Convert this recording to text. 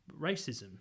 racism